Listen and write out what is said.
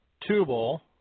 Tubal